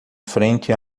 frente